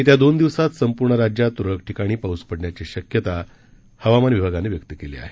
येत्या दोन दिवसात संपूर्ण राज्यात तुरळक ठिकाणी पाऊस पडण्याची शक्यता हवामान विभागानं व्यक्त केली आहे